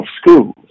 schools